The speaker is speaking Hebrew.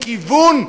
שום כיוון,